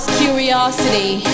curiosity